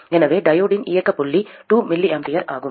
எனவே டையோடின் இயக்க புள்ளி 2 mA ஆகும்